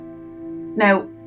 Now